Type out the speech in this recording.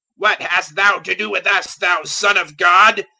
what hast thou to do with us, thou son of god?